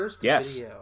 Yes